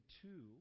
two